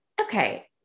okay